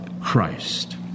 Christ